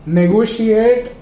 negotiate